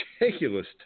ridiculous